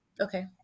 okay